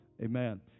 Amen